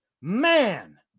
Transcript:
man